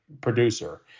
producer